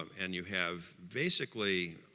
um and you have basically